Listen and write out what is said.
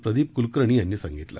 प्रदीप कूलकर्णी यांनी सांगितलं